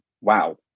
wow